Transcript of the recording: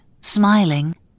smiling